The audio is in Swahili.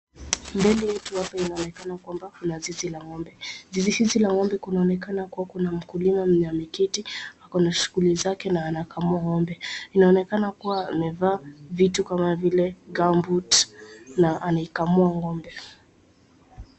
Mbele yetu hapa inaonekana kwamba kuna zizi la ng'ombe, zizi hizi za ng'ombe kunaonekana kuna mkulima ameketi ako na shughuli zake na anakamua ng'ombe, inaonekana kuwa amevaa vitu kama vile gumboot na anaikamua ng'ombe.